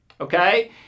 Okay